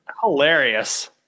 Hilarious